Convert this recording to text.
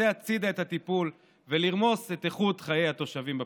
לטאטא הצידה את הטיפול ולרמוס את איכות חיי התושבים בפריפריה.